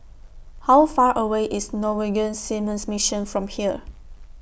How Far away IS Norwegian Seamen's Mission from here